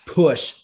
push